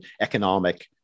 economic